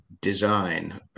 Design